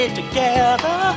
together